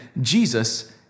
Jesus